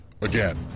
Again